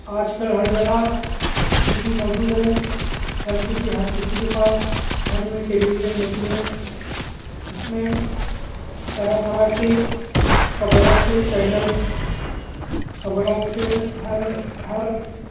آج کل ہر جگہ ٹی وی موجود ہے ہر ہر کسی کے پاس گھر میں ٹیلی ویژن موجود ہے اس میں طرح طرح کے خبروں کے چینلز خبروں کے ہر ہر